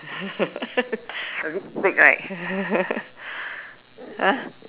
a bit fake right !huh!